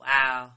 Wow